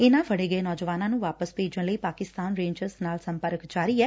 ਇਨੂਾ ਫੜੇ ਗਏ ਨੌਜਵਾਨਾਂ ਨੁੰ ਵਾਪਸ ਭੇਜਣ ਲਈ ਪਾਕਿਸਤਾਨ ਰੇਂਜਰਸ ਨਾਲ ਸੰਪਰਕ ਜਾਰੀ ਐ